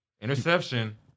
Interception